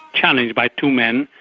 challenged by two men,